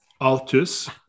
Altus